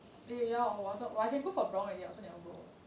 eh ya I can go for brown already I also never go